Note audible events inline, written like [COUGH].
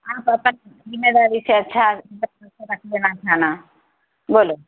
آپ اپنا ذمہ داری سے اچھا [UNINTELLIGIBLE] رکھ دینا تھا نا بولو